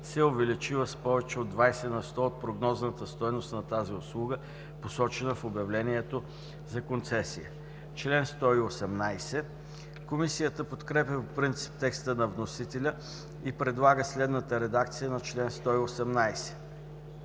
е увеличила с повече от 20 на сто от прогнозната стойност на тази услуга, посочена в обявлението за концесия.“ Комисията подкрепя по принцип текста на вносителя и предлага следната редакция на чл. 118: